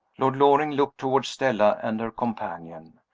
lord loring looked toward stella and her companion.